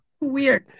weird